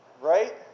Right